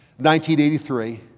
1983